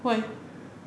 why